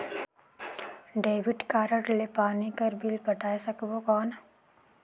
Debit card ले पानी कर बिल पटाय सकबो कौन?